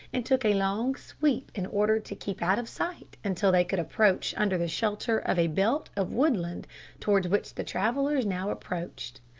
and took a long sweep in order to keep out of sight until they could approach under the shelter of a belt of woodland towards which the travellers now approached.